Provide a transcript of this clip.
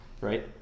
right